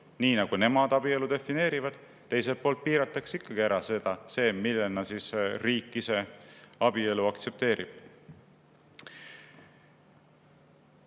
nii, nagu nemad abielu defineerivad. Teiselt poolt piiratakse ikkagi ära see, millena riik ise abielu aktsepteerib.